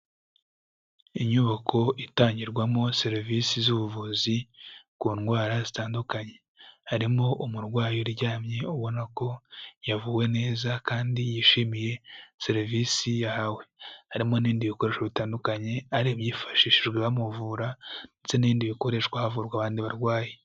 Inyubako itangirwamo serivisi z'ubuvuzi ku ndwara zitandukanye. Harimo umurwayi uryamye ubona ko yavuwe neza kandi yishimiye serivisi yahawe, harimo n'ibindi bikoresho bitandukanye, ari ibyifashishijwe bamuvura ndetse n'ibindi bikoreshwa havurwa abandi barwayi.